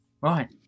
right